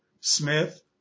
Smith